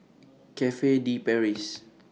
Cafe De Paris